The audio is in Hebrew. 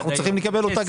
אנחנו צריכים לקבל לפני.